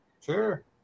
Sure